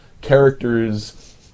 characters